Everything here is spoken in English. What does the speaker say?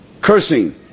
cursing